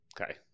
Okay